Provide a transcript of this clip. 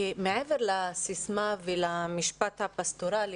מעבר לסיסמה ולמשפט הפסטורלי,